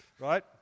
right